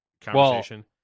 conversation